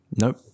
Nope